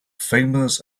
famous